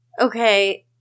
Okay